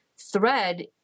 thread